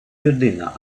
людина